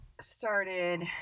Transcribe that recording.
started